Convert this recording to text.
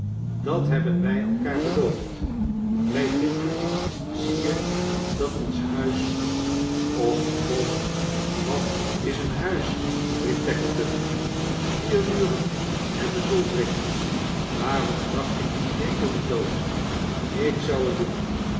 dat hebben wij elkaar beloofd wij vinden zie je dat ons huis och kom wat is een huis riep tackleton vier muren en een zoldering waarom trap je dien krekel niet dood ik zou t doen